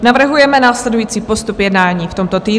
Navrhujeme následující postup jednání v tomto týdnu.